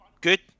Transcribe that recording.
good